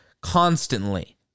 constantly